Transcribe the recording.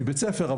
מבית הספר,